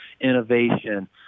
innovation